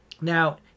Now